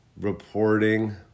reporting